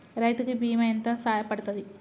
రైతు కి బీమా ఎంత సాయపడ్తది?